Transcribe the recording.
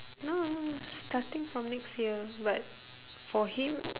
no no no starting from next year but for him